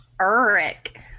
Eric